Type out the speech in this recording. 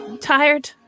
tired